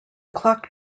clock